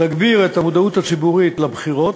תגביר את המודעות הציבורית לבחירות,